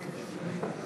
בתי קברות צבאיים (תיקון,